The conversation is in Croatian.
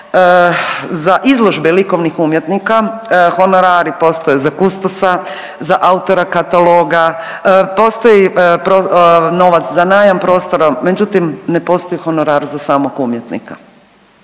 za izložbe likovnih umjetnika honorari postoje za kustosa, za autora kataloga, postoji novac za najam prostora. Međutim, ne postoji honorar za samog umjetnika.